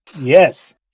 Yes